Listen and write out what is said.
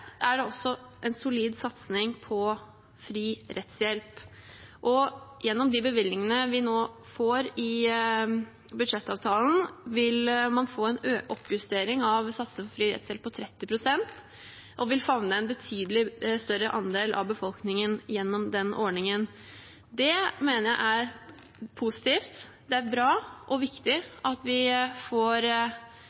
er det også en solid satsing på fri rettshjelp. Gjennom de bevilgningene vi nå får i budsjettavtalen, vil man få en oppjustering av satsene for fri rettshjelp på 30 pst., og man vil favne en betydelig større andel av befolkningen gjennom den ordningen. Det mener jeg er positivt. Det er bra og viktig